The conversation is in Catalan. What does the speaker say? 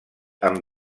amb